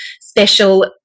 special